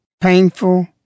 painful